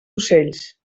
ocells